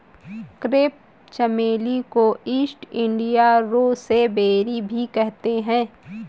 crepe चमेली को East India rosebay भी कहते हैं